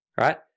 right